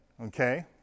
okay